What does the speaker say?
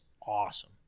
awesome